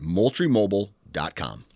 MoultrieMobile.com